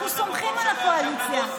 אנחנו סומכים על הקואליציה.